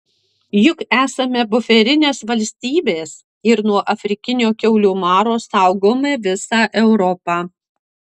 juk esame buferinės valstybės ir nuo afrikinio kiaulių maro saugome visą europą